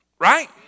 Right